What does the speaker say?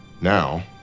Now